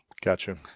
Gotcha